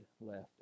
left